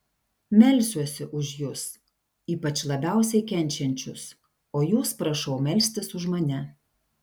melsiuosi už jus ypač labiausiai kenčiančius o jūs prašau melstis už mane